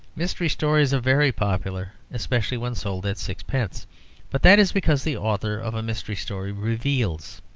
mystery stories are very popular, especially when sold at sixpence but that is because the author of a mystery story reveals.